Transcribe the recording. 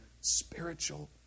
spiritual